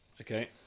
Okay